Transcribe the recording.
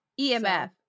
EMF